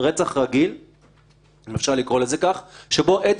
איך צריך להיות כתוב